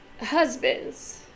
Husbands